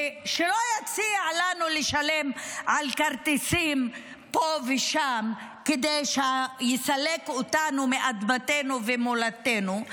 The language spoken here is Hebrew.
ושלא יציע לנו לשלם על כרטיסים פה ושם כדי לסלק אותנו מאדמתנו ומולדתנו,